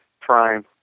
Prime